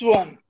one